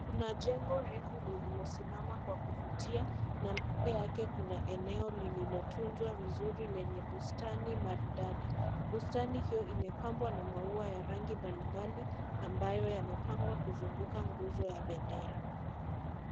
Kuna jengo refu lililosimama kwa kuvutia na mbele yake kuna eneo lililotunzwa vizuri lenye bustani maridadi, bustani hio imepambwa na maua ya rangi mbalimbali, ambayo yamepangwa kuzunguka nguzo ya bendera.